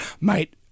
Mate